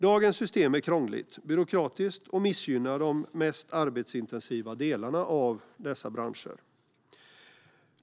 Dagens system är krångligt och byråkratiskt och missgynnar de mest arbetsintensiva delarna av dessa branscher.